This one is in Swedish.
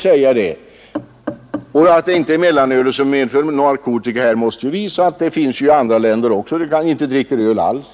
Och att mellanölet inte har skulden till narkotikamissbruket visas av att sådant missbruk förekommer även i länder, där man kanske inte dricker öl alls.